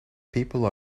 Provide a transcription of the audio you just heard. people